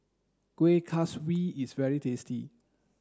Kueh Kaswi is very tasty